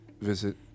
visit